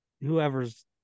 whoever's